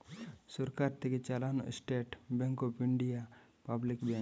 সরকার থেকে চালানো state bank of India public bank